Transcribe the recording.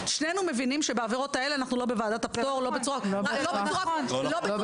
אבל שנינו מבינים שבעבירות האלה אנחנו בוועדת הפטור לא בצורה כל כך